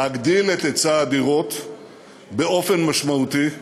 להגדיל את היצע הדירות באופן משמעותי: